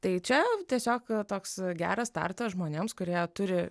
tai čia tiesiog toks geras startas žmonėms kurie turi